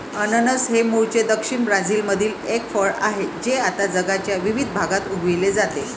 अननस हे मूळचे दक्षिण ब्राझीलमधील एक फळ आहे जे आता जगाच्या विविध भागात उगविले जाते